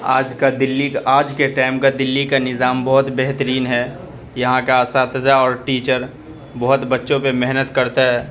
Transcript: آج کا دلی کا آج کے ٹائم کا دلی کا نظام بہت بہترین ہے یہاں کا اساتذہ اور ٹیچر بہت بچوں پہ محنت کرتا ہے